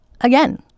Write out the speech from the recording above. Again